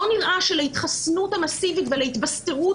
לא נראה שלהתחסנות המסיבית ולהתבסטרות